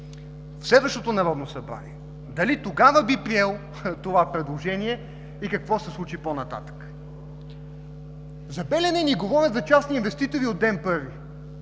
следващото Народно събрание, дали тогава би приел това предложение и какво ще се случи по-нататък. За „Белене“ ни говорят за частни инвеститори от ден първи.